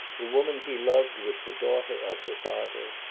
the woman he loved was the daughter of her father,